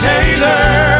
Taylor